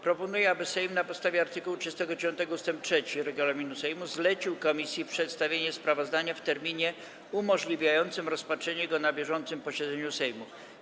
Proponuję, aby Sejm na podstawie art. 39 ust. 3 regulaminu Sejmu zlecił komisji przedstawienie sprawozdania w terminie umożliwiającym rozpatrzenie go na bieżącym posiedzeniu Sejmu.